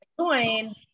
join